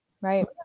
right